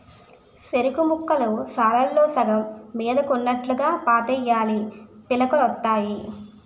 సెరుకుముక్కలు సాలుల్లో సగం మీదకున్నోట్టుగా పాతేయాలీ పిలకలొత్తాయి